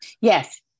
Yes